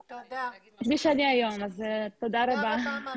הייתי ילדה עירונית מניו יורק שבאה לקיבוץ